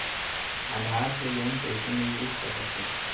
आधार से लोन कइसे मिलिस सकथे?